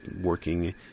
working